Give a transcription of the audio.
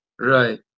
right